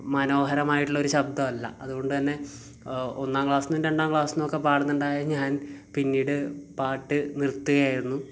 മനോഹരമായിട്ടുള്ള ഒരു ശബ്ദമല്ല അതുകൊണ്ട് തന്നെ ഒന്നാം ക്ലാസ്സ് ഒന്നും രണ്ടാം ക്ലാസ്സ് എന്നൊക്കെ പാടുന്നുണ്ടായ ഞാൻ പിന്നീട് പാട്ട് നിർത്തുകയായിരുന്നു